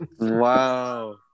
Wow